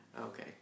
Okay